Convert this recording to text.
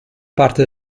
parte